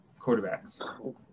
quarterbacks